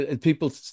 people